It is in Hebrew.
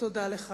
מה הוא אמר?